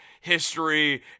history